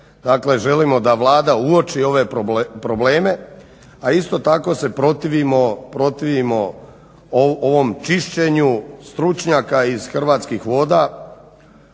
želimo da Vlada uoči ove probleme, a isto tako se protivimo ovom čišćenju stručnjaka iz Hrvatskih voda.